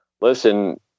listen